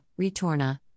Ritorna